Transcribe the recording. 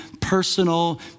personal